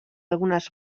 algunes